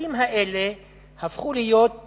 המסים האלה הפכו לאחרונה להיות